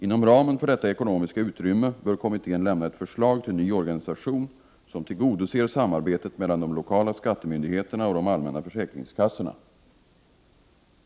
Inom ramen för detta ekonomiska utrymme bör kommittén lämna ett förslag till ny organisation som tillgodoser samarbetet mellan de lokala skattemyndigheterna och de allmänna försäkringskassorna.